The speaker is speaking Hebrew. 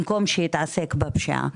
במקום שיתעסק בפשיעה.